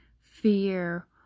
fear